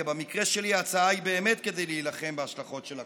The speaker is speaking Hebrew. כי במקרה שלי ההצעה היא באמת כדי להילחם בהשלכות של הקורונה.